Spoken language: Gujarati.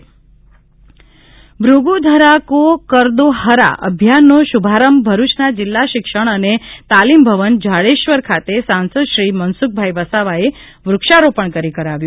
ભૂગુ ધરા કો કર દો હરા અભિયાનનો શુભારંભ ભરૂચના જિલ્લા શિક્ષણ અને તાલીમ ભવન ઝાડેશ્વર ખાતે સાંસદશ્રી મનસુખભાઇ વસાવાએ વૂક્ષારોપણ કરી કરાવ્યો